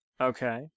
Okay